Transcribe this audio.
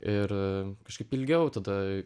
ir kažkaip ilgiau tada